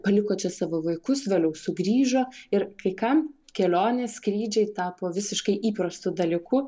paliko čia savo vaikus vėliau sugrįžo ir kai kam kelionės skrydžiai tapo visiškai įprastu dalyku